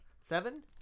Seven